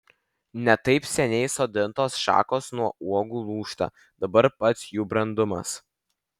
ne taip seniai sodintos šakos nuo uogų lūžta dabar pats jų brandumas